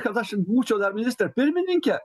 kad aš būčiau dar ministre pirmininke